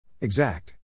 Exact